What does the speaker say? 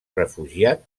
refugiat